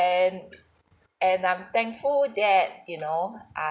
and and I'm thankful that you know